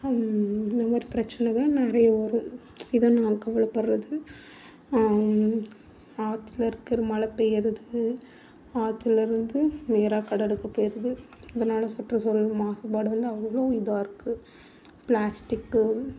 இந்த மாதிரி பிரச்சனைதான் நிறைய வரும் இதெல்லாம் நம்ம கவலைப்படுறது ஆற்றுல இருக்கிற மழை பேயுறது ஆத்துலருந்து நேராக கடலுக்கு போயிருது அதனால் சுற்றுசூழல் மாசுபாடு வந்து அவ்வளோ இதாக இருக்கு பிளாஸ்டிக் பொருள்